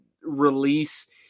release